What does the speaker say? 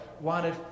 wanted